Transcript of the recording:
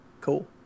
Cool